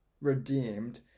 redeemed